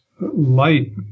light